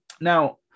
Now